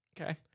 Okay